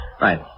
Right